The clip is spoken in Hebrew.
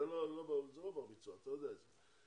זה לא בר ביצוע, אתה יודע את זה.